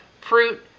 fruit